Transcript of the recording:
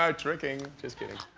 um tricking. just kidding.